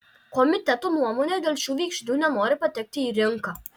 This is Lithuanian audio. komiteto nuomone dėl šių veiksnių nenori patekti į rinką